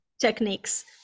techniques